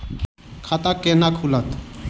खाता केना खुलत?